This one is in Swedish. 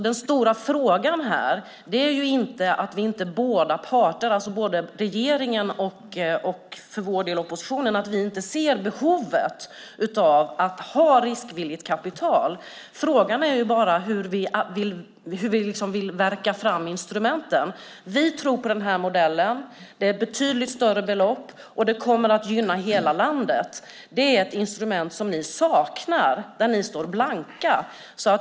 Det handlar inte om att vi i oppositionen inte ser behovet av riskvilligt kapital. Frågan är i stället hur vi så att säga vill värka fram instrumenten. Vi tror på den här modellen. Det är betydligt större belopp, och det kommer att gynna hela landet. Det är ett instrument som ni saknar. Där står ni blanka.